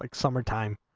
like summertime